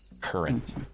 current